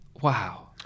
Wow